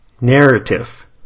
narrative